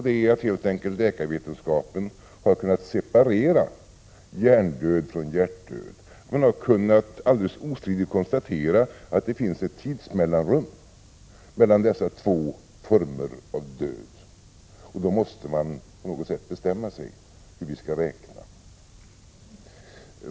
Det är helt enkelt att läkarvetenskapen har kunnat separera hjärndöd från hjärtdöd. Man har alldeles ostridigt kunnat konstatera att det finns ett tidsmellanrum mellan dessa två former av död. Och då måste man på något sätt bestämma sig för hur vi skall räkna.